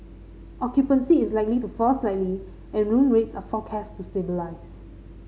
occupancy is likely to fall slightly and room rates are forecast to stabilise